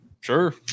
Sure